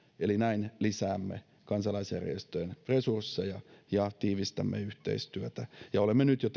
eli näin lisäämme kansalaisjärjestöjen resursseja ja tiivistämme yhteistyötä ja olemme jo